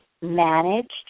managed